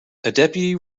deputy